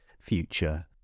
future